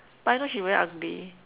but I know she very ugly